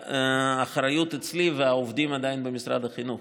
האחריות אצלי והעובדים עדיין במשרד החינוך,